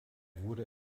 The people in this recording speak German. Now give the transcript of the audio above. wurde